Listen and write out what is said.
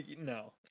No